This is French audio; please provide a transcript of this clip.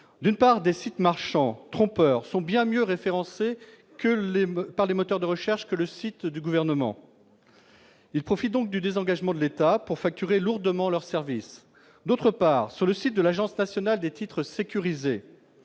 d'une part des sites marchands trompeur sont bien mieux référencés, que les mots par les moteurs de recherche que le site du gouvernement, ils profitent donc du désengagement de l'État pour facturer lourdement leur service, d'autre part sur le site de l'Agence nationale des titres sécurisés,